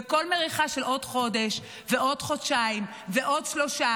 וכל מריחה של עוד חודש ועוד חודשיים ועוד שלושה